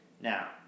Now